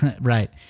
Right